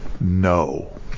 No